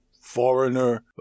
Foreigner